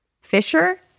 Fisher